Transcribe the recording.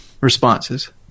responses